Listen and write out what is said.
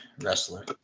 wrestler